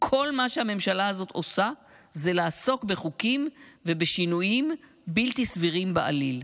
שכל מה שהממשלה הזאת עושה זה לעסוק בחוקים ובשינויים בלתי סבירים בעליל.